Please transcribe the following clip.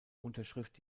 unterschrift